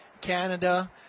Canada